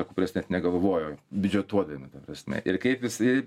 apie kurias net negalvojau biudžetuodami ta prasme ir kaip visi